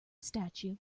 statue